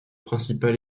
principal